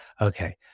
Okay